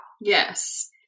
Yes